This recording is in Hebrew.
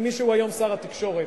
עם מי שהוא היום שר התקשורת,